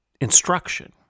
instruction